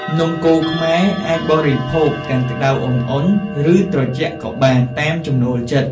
នំកូរខ្មែរអាចបរិភោគទាំងក្ដៅឧណ្ហៗ ឬត្រជាក់ក៏បាន តាមចំណូលចិត្ត។